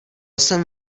jsem